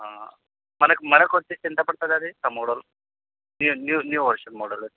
మనకి మనకి వచ్చేసి ఎంత పడుతుంది అది ఆ model new new new version model